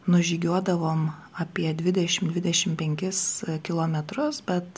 nužygiuodavom apie dvidešim dvidešim penkis kilometrus bet